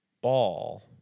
ball